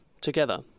together